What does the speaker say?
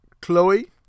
Chloe